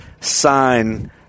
sign